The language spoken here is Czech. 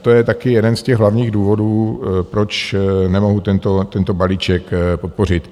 To je taky jeden z těch hlavních důvodů, proč nemohu tento balíček podpořit.